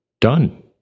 done